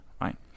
right